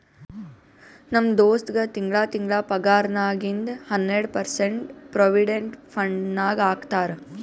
ನಮ್ ದೋಸ್ತಗ್ ತಿಂಗಳಾ ತಿಂಗಳಾ ಪಗಾರ್ನಾಗಿಂದ್ ಹನ್ನೆರ್ಡ ಪರ್ಸೆಂಟ್ ಪ್ರೊವಿಡೆಂಟ್ ಫಂಡ್ ನಾಗ್ ಹಾಕ್ತಾರ್